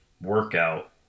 workout